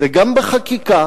וגם בחקיקה